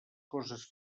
coses